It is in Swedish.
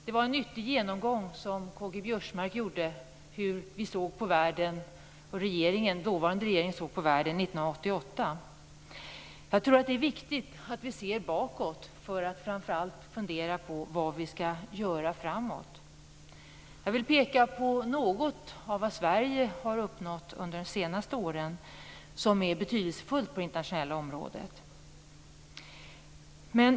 Det var dock en nyttig genomgång som K-G Biörsmark gjorde av hur vi och den dåvarande regeringen såg på världen 1988. Jag tror att det är viktigt att vi ser bakåt för att fundera på vad vi skall göra framåt. Jag vill peka på något av vad Sverige har uppnått under de senaste åren som är betydelsefullt på det internationella området.